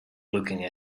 looking